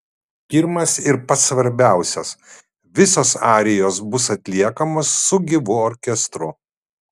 pirmas ir pats svarbiausias visos arijos bus atliekamos su gyvu orkestru